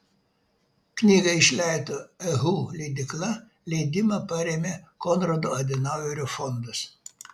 knygą išleido ehu leidykla leidimą parėmė konrado adenauerio fondas